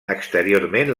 exteriorment